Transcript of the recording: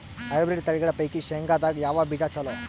Hybrid ತಳಿಗಳ ಪೈಕಿ ಶೇಂಗದಾಗ ಯಾವ ಬೀಜ ಚಲೋ?